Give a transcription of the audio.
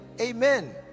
amen